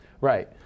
right